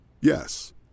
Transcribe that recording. Yes